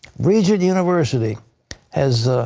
regent university has